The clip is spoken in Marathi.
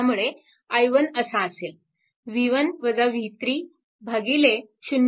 त्यामुळे i1 असा असेल 0